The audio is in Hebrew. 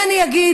מה אני אגיד?